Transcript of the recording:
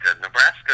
Nebraska